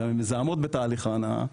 הן גם מזהמות בתהליך ההנעה,